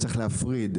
צריך להפריד.